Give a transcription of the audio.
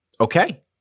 Okay